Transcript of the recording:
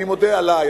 אני מודה בקשר אלי,